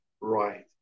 right